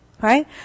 Right